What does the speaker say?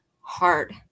hard